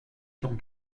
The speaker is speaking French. donc